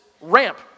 ramp